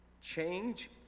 change